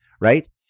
right